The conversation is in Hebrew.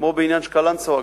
כמו בעניין של קלנסואה,